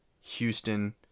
Houston